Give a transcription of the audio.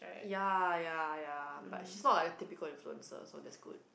ya ya ya but she's not like a typical influencer so that's good